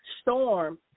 Storm